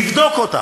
נבדוק אותה.